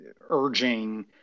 urging